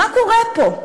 מה קורה פה?